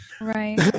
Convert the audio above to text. Right